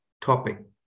topic